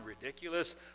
ridiculous